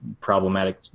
problematic